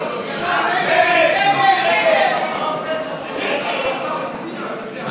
ההסתייגות של חברת הכנסת אורלי לוי אבקסיס לסעיף 8 לא נתקבלה.